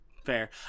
fair